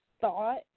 thought